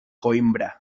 coïmbra